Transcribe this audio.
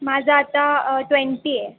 माझं आता ट्वेंटी आहे